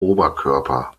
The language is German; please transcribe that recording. oberkörper